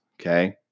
okay